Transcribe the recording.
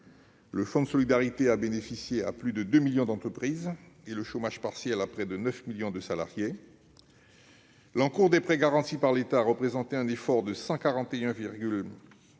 Le fonds de solidarité a bénéficié à plus de 2 millions d'entreprises et le chômage partiel à près de 9 millions de salariés. L'encours des prêts garantis par l'État a représenté un effort de 141